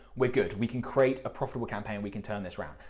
we're good. we can create a profitable campaign. we can turn this around.